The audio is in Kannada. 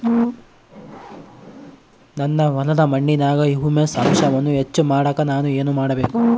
ನನ್ನ ಹೊಲದ ಮಣ್ಣಿನಾಗ ಹ್ಯೂಮಸ್ ಅಂಶವನ್ನ ಹೆಚ್ಚು ಮಾಡಾಕ ನಾನು ಏನು ಮಾಡಬೇಕು?